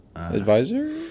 Advisor